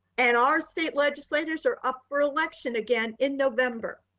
and our state legislators are up for election again in november.